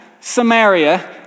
Samaria